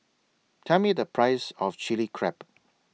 Tell Me The Price of Chilli Crab